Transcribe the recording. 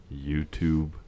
youtube